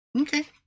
Okay